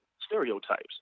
stereotypes